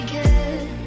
good